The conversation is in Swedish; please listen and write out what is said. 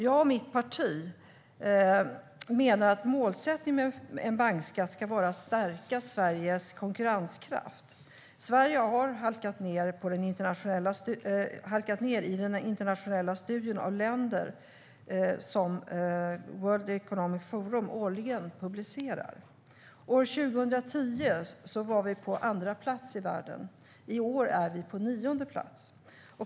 Jag och mitt parti menar att målsättningen med en bankskatt måste vara att stärka Sveriges konkurrenskraft. Sverige har halkat ned i den internationella studien av länders konkurrenskraft som World Economic Forum årligen publicerar. År 2010 låg vi på andra plats i världen. I år ligger vi på nionde plats.